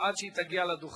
עד שהיא תגיע לדוכן,